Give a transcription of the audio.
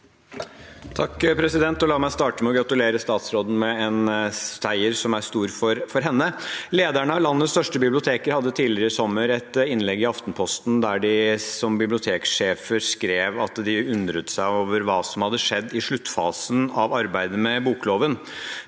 (H) La meg starte med å gratulere statsråden med en seier som er stor for henne. Lederne av landets største biblioteker hadde tidligere i sommer et innlegg i Aftenposten der de, som biblioteksjefer, skrev at de undret seg over hva som hadde skjedd i sluttfasen av arbeidet med bokloven.